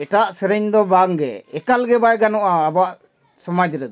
ᱮᱴᱟᱜ ᱥᱮᱨᱮᱧ ᱫᱚ ᱵᱟᱝ ᱜᱮ ᱮᱠᱟᱞ ᱜᱮ ᱵᱟᱭ ᱜᱟᱱᱚᱜᱼᱟ ᱟᱵᱚᱣᱟᱜ ᱥᱚᱢᱟᱡᱽ ᱨᱮᱫᱚ